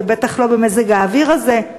ובטח לא במזג האוויר הזה,